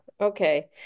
okay